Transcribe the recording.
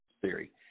theory